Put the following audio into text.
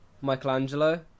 Michelangelo